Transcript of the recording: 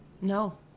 No